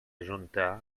junta